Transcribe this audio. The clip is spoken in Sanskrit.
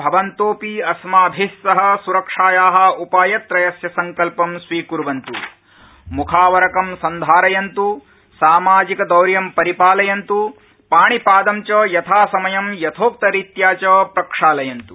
भवन्तोऽपि अस्माभि सह सुरक्षाया उपायत्रयस्य सङ्कल्पं स्वीकुर्वन्तु मुखावरकं सन्धारयन्तु सामाजिकदौर्यं परिपालयन्तु पाणिपादं च यथासमयं प्रक्षालयन्तु